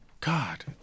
God